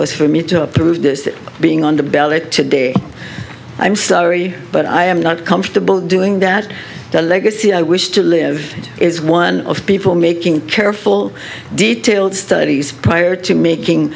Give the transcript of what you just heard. was for me to approve being on the ballot today i'm sorry but i am not comfortable doing that the legacy i wish to live is one of people making careful detailed studies prior to making